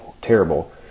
terrible